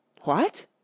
What